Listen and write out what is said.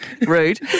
rude